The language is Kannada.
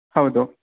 ಹೌದು